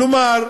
כלומר,